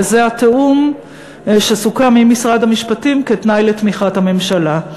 וזה התיאום שסוכם עם משרד המשפטים כתנאי לתמיכת הממשלה.